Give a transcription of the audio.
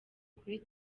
kuri